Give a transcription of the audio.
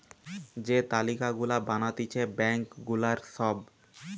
যে তালিকা গুলা বানাতিছে ব্যাঙ্ক গুলার সব